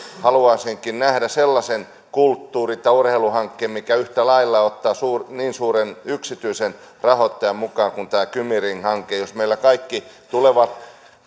haluaisinkin nähdä sellaisen kulttuuri tai urheiluhankkeen mikä yhtä lailla ottaa mukaan niin suuren yksityisen rahoittajan kuin tämä kymi ring hanke jos meillä kaikki tulevat